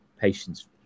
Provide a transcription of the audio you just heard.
patients